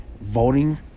voting